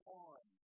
on